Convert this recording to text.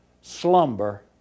slumber